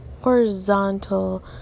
Horizontal